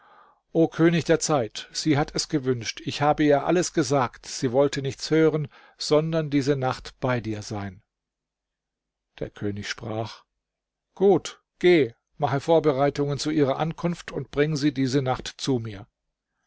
o könig der zeit sie hat es gewünscht ich habe ihr alles gesagt sie wollte nichts hören sondern diese nacht bei dir sein der könig sprach gut geh mache vorbereitungen zu ihrer ankunft und bring sie diese nacht zu mir